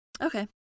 Okay